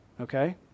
Okay